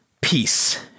peace